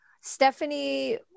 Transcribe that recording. Stephanie